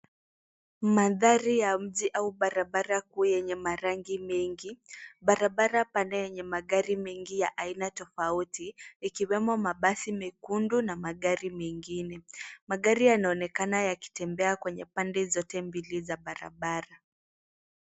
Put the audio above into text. Mandhari ya mji au barabara kuu yenye marangi mengi. Barabara pana yenye magari mengi ya aina tofauti ikiwemo mabasi mekundu na magari mengine. Magari yanaonekana yakitembea kwenye pande zote mbili za barabara.